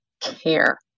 care